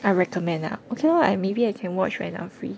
!wah! recommend ah okay lor maybe I can watch when I'm free